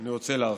אני רוצה להרחיב: